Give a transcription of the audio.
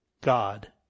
God